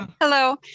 Hello